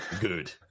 Good